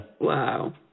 Wow